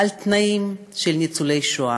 על התנאים של ניצולי השואה.